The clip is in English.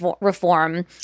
reform